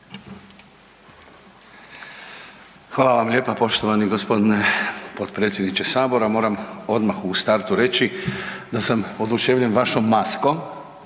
Hvala vam lijepa poštovani g. potpredsjedniče sabora. Moram odmah u startu reći da sam oduševljen vašom maskom,